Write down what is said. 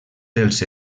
dels